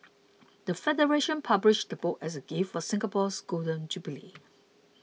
the federation published the book as a gift for Singapore's Golden Jubilee